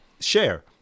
share